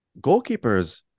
goalkeepers